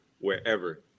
wherever